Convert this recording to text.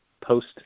post